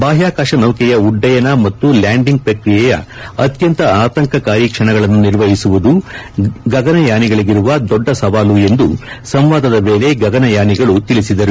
ಬಾಹ್ನಾಕಾಶ ನೌಕೆಯ ಉಡ್ಡಯನ ಮತ್ತು ಲ್ಲಾಂಡಿಂಗ್ ಪ್ರಕ್ರಿಯೆಯ ಅತ್ಯಂತ ಆತಂಕಕಾರಿ ಕ್ಷಣಗಳನ್ನು ನಿರ್ವಹಿಸುವುದು ಗಗನಯಾನಿಗಳಿಗಿರುವ ದೊಡ್ಡ ಸವಾಲು ಎಂದು ಸಂವಾದದ ವೇಳೆ ಗಗನಯಾನಿಗಳು ತಿಳಿಸಿದರು